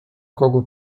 kogu